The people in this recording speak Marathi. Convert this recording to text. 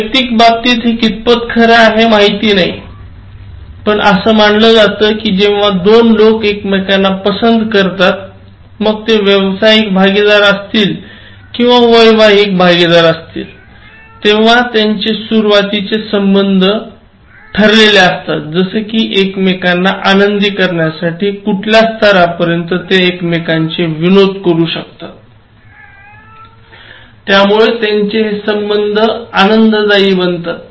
वैयक्तिक बाबतीत हे कितपत खरं आहे माहिती नाही पण असं म्हणलं जात कि जेव्हा दोन लोक एकमेकांना पसंत करतात मग ते व्यवसाइक भागीदार असतील किंवा वैवाहिक भागीदार असतील तेव्हा त्यांचे सुरवातीचे संबंध ठरलेले असतात जस कि एकमेकांना आनंदी करण्यासाठी कुठल्या स्तरापर्यंत ते एकमेकांचे विनोद करू शकतात त्यामुळे त्यांचे संबंध हे आनंददायी बनतात